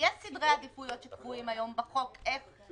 יש סדרי העדיפויות שקבועים היום בחוק איך